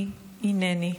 היא "הינני"